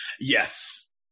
Yes